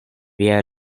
viaj